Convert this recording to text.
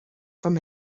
from